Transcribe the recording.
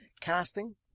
Casting